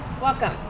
welcome